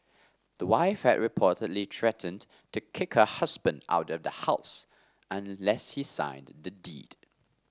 the wife had reportedly threatened to kick her husband out of the house unless he signed the deed